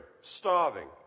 starving